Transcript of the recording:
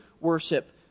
worship